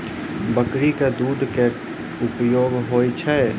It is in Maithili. बकरी केँ दुध केँ की उपयोग होइ छै?